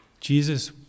Jesus